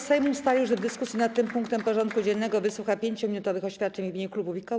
Sejm ustalił, że w dyskusji nad tym punktem porządku dziennego wysłucha 5-minutowych oświadczeń w imieniu klubów i koła.